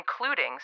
including